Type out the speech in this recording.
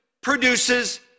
produces